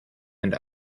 and